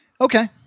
Okay